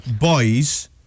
boys